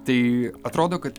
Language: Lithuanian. tai atrodo kad